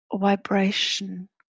vibration